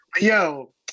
Yo